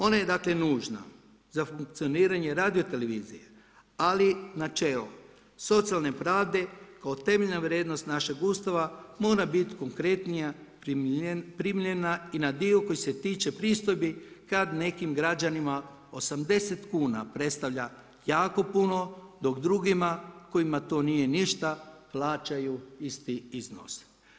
Ona je dakle nužna za funkcioniranje radiotelevizije, ali načelo socijalne pravde kao temeljna vrijednost našeg Ustava mora biti konkretnija primjenjena i na dio koji se tiče pristojbi kad nekim građanima 80 kuna predstavlja jako puno dok drugima kojima to nije ništa plaćaju isti iznos.